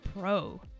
Pro